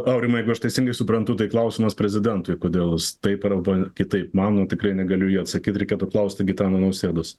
aurimai jeigu aš teisingai suprantu tai klausimas prezidentui kodėl taip arba kitaip mano tikrai negaliu į jį atsakyt reikėtų klausti gitano nausėdos